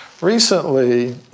Recently